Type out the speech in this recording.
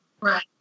Right